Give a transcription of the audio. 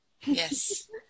Yes